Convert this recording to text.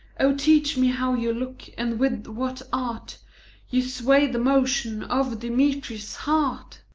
o, teach me how you look, and with what art you sway the motion of demetrius' heart!